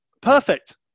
perfect